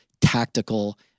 tactical